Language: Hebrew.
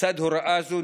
בצד הוראה זו,